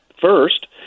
first